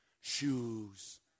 shoes